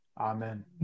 Amen